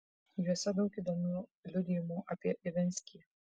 juose daug įdomių liudijimų apie ivinskį